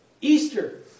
Easter